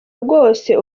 rwose